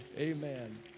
Amen